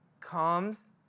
comes